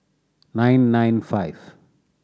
nine nine five